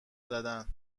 زدن